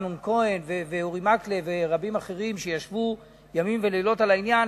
אמנון כהן ואורי מקלב ורבים אחרים שישבו ימים ולילות על העניין,